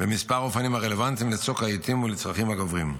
בכמה אופנים הרלוונטיים לצוק העיתים ולצרכים הגוברים.